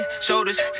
shoulders